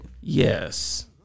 yes